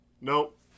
Nope